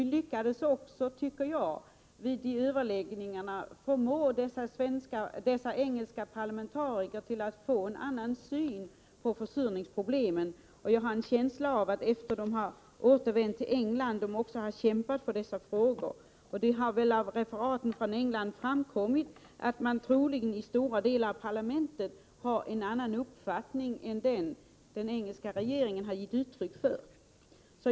Vi lyckades vid dessa överläggningar också bibringa de engelska parlamentarikerna en annan syn på försurningsproblemen. Jag har en känsla av att de efter återkomsten till England har kämpat för dessa frågor. Av referat från England har framkommit att stora delar av parlamentet troligen har en annan uppfattning än den som den engelska regeringen har givit uttryck för.